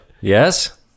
Yes